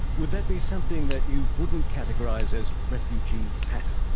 would that be something that you wouldn't categorise as refugee patter?